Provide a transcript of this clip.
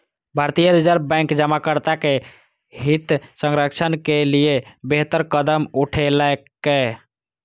भारतीय reserve bank जमाकर्ता के हित संरक्षण के लिए बेहतर कदम उठेलकै